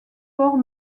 port